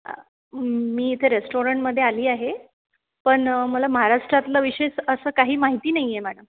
मी इथे रेस्टॉरंट मध्ये आली आहे पण मला महाराष्ट्रातल विशेष अस काही माहिती नाहीय मॅडम